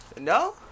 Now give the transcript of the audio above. No